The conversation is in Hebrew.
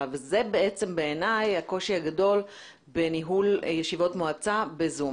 וזה בעיניי הקושי הגדול בניהול ישיבות מועצה ב-זום.